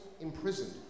imprisoned